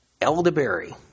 Elderberry